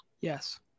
yes